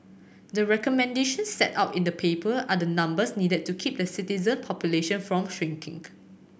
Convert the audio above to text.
the recommendations set out in the paper are the numbers needed to keep the citizen population from shrinking